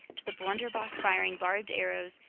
to the blunderbuss firing barbed arrows,